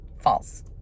False